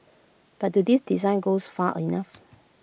but do these designs goes far enough